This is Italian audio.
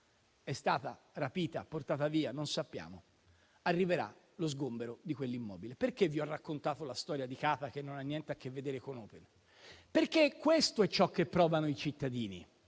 è stata rapita o portata via (non sappiamo) arriverà lo sgombero di quell'immobile. Perché vi ho raccontato la storia di Kata, che non ha niente a che vedere con Open? Perché questo è ciò che provano i cittadini